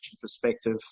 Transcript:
perspective